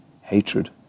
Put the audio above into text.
hatred